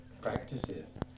practices